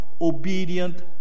obedient